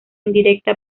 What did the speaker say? indirecta